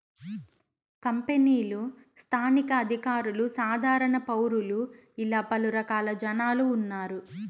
కంపెనీలు స్థానిక అధికారులు సాధారణ పౌరులు ఇలా పలు రకాల జనాలు ఉన్నారు